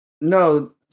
No